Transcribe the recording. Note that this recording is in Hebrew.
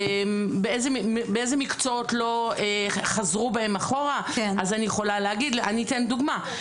באיזה מקצועות לא חזרו בהם אחורה - אני אתן דוגמה.